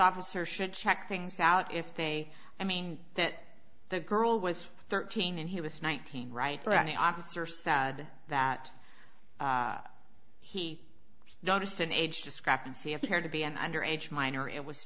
officer should check things out if they i mean that the girl was thirteen and he was nineteen right the officer said that he noticed an age discrepancy appeared to be under age minor it was